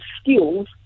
skills